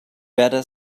better